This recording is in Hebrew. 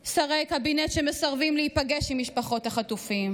שרי קבינט שמסרבים להיפגש עם משפחות החטופים,